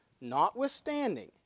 notwithstanding